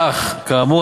אך כאמור,